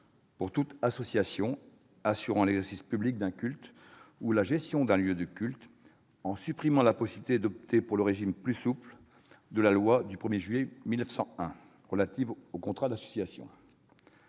de toute association assurant l'exercice public d'un culte ou la gestion d'un lieu de culte, en supprimant la possibilité d'opter pour le régime plus souple de la loi du 1 juillet 1901 relative au contrat d'association.